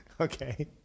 Okay